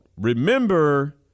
remember